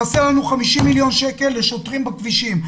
חסרים לנו 50 מיליון שקל לשוטרים בכבישים,